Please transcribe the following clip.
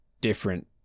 different